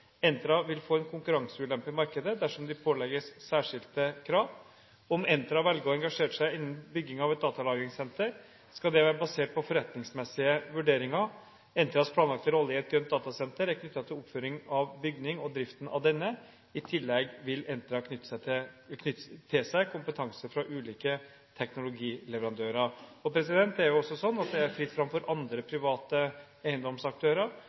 Entra vil få en konkurranseulempe i markedet dersom de pålegges særskilte krav. Om Entra velger å engasjere seg innen bygging av et datalagringssenter, skal dette være basert på forretningsmessige vurderinger. Entras planlagte rolle i et grønt datasenter er knyttet til oppføring av bygningen og driften av denne. I tillegg vil Entra knytte til seg kompetanse fra ulike teknologileverandører. Det er også fritt fram for andre, private eiendomsaktører